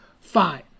Fine